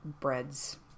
breads